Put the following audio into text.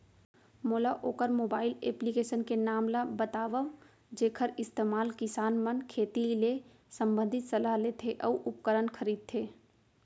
मोला वोकर mobile application के नाम ल बतावव जेखर इस्तेमाल किसान मन खेती ले संबंधित सलाह लेथे अऊ उपकरण खरीदथे?